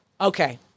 okay